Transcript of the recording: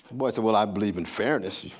bois said well i believe in fairness.